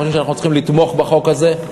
אנחנו חושבים שאנחנו צריכים לתמוך בחוק הזה,